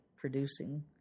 producing